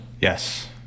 yes